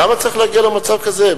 למה צריך להגיע למצב כזה?